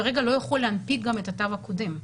כרגע לא יכול להנפיק גם את התו הקודם,